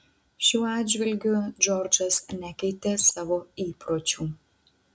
šiuo atžvilgiu džordžas nekeitė savo įpročių